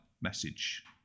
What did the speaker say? message